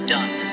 Done